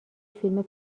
فیلم